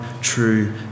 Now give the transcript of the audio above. true